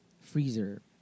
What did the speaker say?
freezer